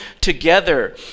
together